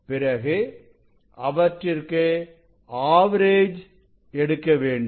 பிறகு அவற்றிற்கு ஆவரேஜ் எடுக்க வேண்டும்